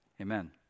amen